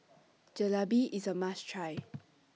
Jalebi IS A must Try